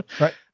right